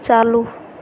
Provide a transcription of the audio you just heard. चालू